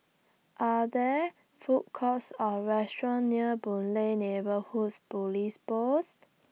Are There Food Courts Or restaurants near Boon Lay Neighbourhoods Police Post